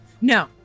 No